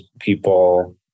people